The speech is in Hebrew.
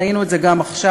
ראינו את זה גם עכשיו